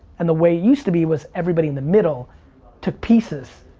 and the way used to be was everybody in the middle took pieces.